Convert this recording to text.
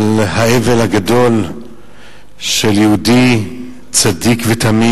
האבל הגדול על יהודי צדיק ותמים